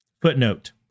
Footnote